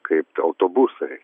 kaip tai autobusai